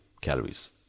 calories